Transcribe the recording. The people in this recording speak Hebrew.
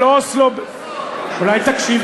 של אוסלו, אולי תקשיב?